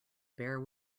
bare